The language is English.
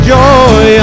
joy